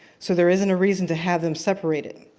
so there isn't a reason to have them separated.